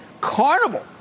Carnival